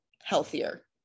healthier